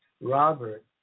Robert